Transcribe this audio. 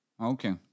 Okay